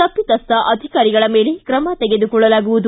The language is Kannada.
ತಪ್ಪಿತಸ್ಥ ಅಧಿಕಾರಿಗಳ ಮೇಲೆ ತ್ರಮ ತೆಗೆದುಕೊಳ್ಳಲಾಗುವುದು